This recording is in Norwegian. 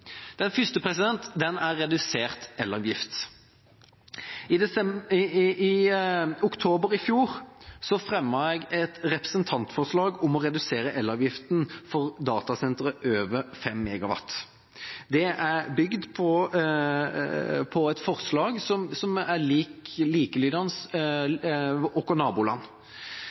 Den første er redusert elavgift. I oktober i fjor fremmet jeg et representantforslag om å redusere elavgiften for datasentre over 5 MW. Det er bygd på et forslag som er likelydende